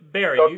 Barry